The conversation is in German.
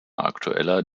aktueller